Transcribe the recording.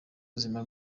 buzima